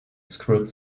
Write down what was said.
squirt